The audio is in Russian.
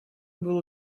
было